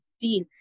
deal